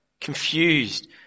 confused